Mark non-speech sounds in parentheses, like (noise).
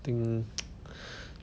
I think (noise)